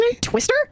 Twister